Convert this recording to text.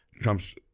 Trump's